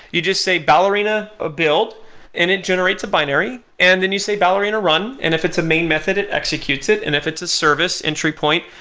you just say ballerina ah build and it generates a binary, and then you say ballerina run and if it's a main method, it executes it, and if it's a service entry point,